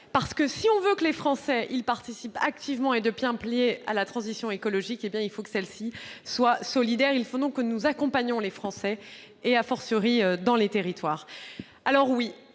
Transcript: contient. Si on veut que les Français participent activement et pleinement à la transition écologique, il faut que celle-ci soit solidaire. Il faut donc que nous accompagnions les Français, dans les territoires.